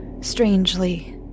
Strangely